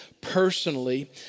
personally